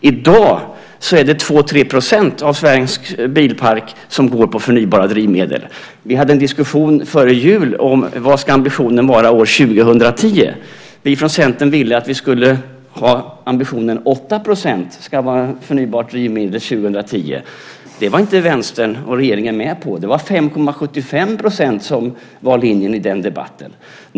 I dag är det 2-3 % av svensk bilpark som går på förnybara drivmedel. Vi hade en diskussion före jul om vad ambitionen ska vara år 2010. Vi från Centern ville ha ambitionen att 8 % ska vara förnybara drivmedel år 2010. Det var inte Vänstern och regeringen med på. Det var 5,75 % som var linjen i den debatten.